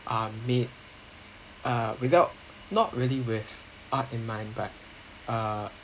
are made uh without not really with art in mind but uh